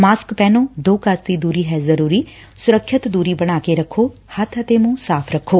mask ਪਹਿਨੋ ਦੋ ਗਜ਼ ਦੀ ਦੁਰੀ ਹੈ ਜ਼ਰੁਰੀ ਸੁਰੱਖਿਅਤ ਦੂਰੀ ਬਣਾ ਕੇ ਰਖੋ ਹੱਬ ਅਤੇ ਮੁੰਹ ਸਾਫ਼ ਰੱਖੋ